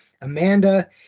Amanda